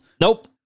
Nope